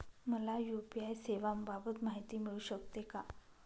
मला यू.पी.आय सेवांबाबत माहिती मिळू शकते का?